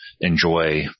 enjoy